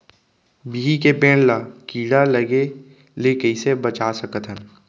बिही के पेड़ ला कीड़ा लगे ले कइसे बचा सकथन?